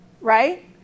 right